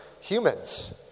humans